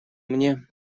мне